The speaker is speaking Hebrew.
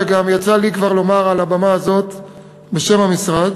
וגם יצא לי כבר לומר על הבמה הזו בשם המשרד